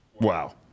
Wow